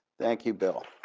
thank you, bill.